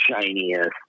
shiniest